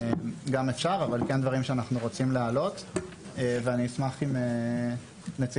אלה דברים שאנחנו כן נרצה להעלות ואני אשמח אם נציג